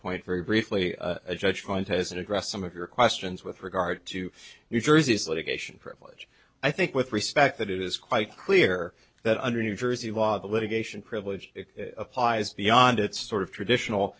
point very briefly a judgment has an address some of your questions with regard to new jersey's litigation provide i think with respect that it is quite clear that under new jersey litigation privilege it applies beyond its sort of traditional